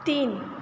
तीन